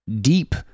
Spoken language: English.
deep